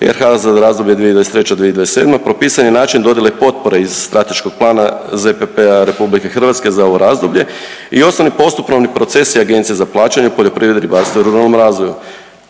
RH za razdoblje 2023.-2027. propisan je način dodjele potpore iz strateškog plana ZPP-a RH za ovo razdoblje i osnovni postupovni procesi Agencije za plaćanje u poljoprivredi, ribarstvu i ruralnom razvoju